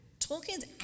Tolkien's